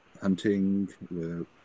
hunting